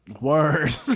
Word